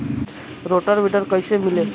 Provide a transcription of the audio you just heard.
Rotor weeder कईसे मिले?